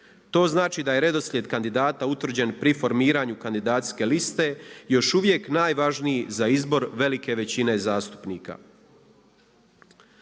To znači da je redoslijed kandidata utvrđen pri formiranju kandidacijske liste još uvijek najvažniji za izbor velike većine zastupnika.